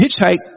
hitchhike